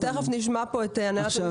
אנחנו תכף נשמע את הנהלת המפעל.